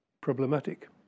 problematic